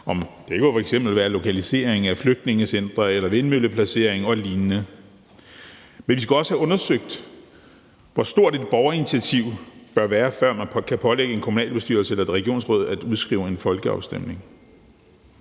kunne f.eks. være om lokalisering af flygtningecentre eller placering af vindmøller og lignende. Men vi skal også have undersøgt, hvor stort et borgerinitiativ bør være, før man kan pålægge en kommunalbestyrelse eller et regionsråd at udskrive en folkeafstemning.